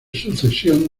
sucesión